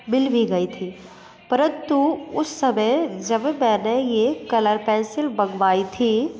मिल भी गई थी परंतु उस समय जब मैंने यह कलर पेंसिल मंगवाई थी